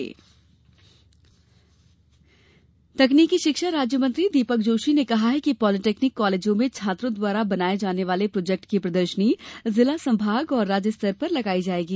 project प्रदर्शनी तकनीकी शिक्षा राज्य मंत्री दीपक जोशी ने कहा है कि पॉलीटेक्निक कॉलेजों में छात्रों द्वारा बनाये जाने वाले प्रोजेक्ट की प्रदर्शनी जिला संभाग और राज्य स्तर पर लगाई जायेगी